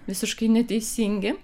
visiškai neteisingi